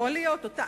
יכול להיות.